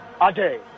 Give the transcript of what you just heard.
Ajay